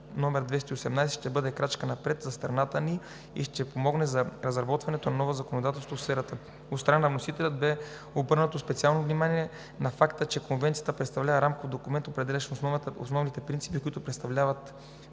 № 218 ще бъде крачка напред за страната ни и ще помогне за разработването на ново законодателство в сферата. От страна на вносителя бе обърнато специално внимание на факта, че Конвенцията представлява рамков документ, определящ основни принципи, които предоставят